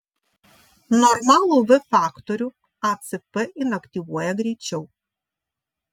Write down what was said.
normalų v faktorių acp inaktyvuoja greičiau